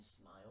smile